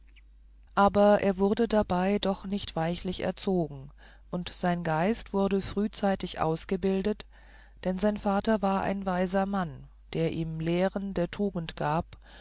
aber er wurde dabei doch nicht weichlich erzogen und sein geist wurde frühzeitig ausgebildet denn sein vater war ein weiser mann der ihm lehren der tugend gab